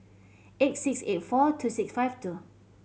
eight six eight four two six five two